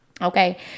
Okay